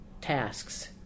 tasks